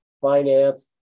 finance